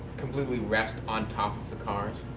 completely rest on top of the cars.